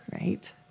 Right